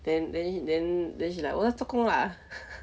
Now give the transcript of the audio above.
then then then then she like 我在做工 lah